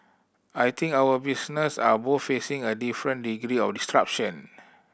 I think our business are both facing a different degree of disruption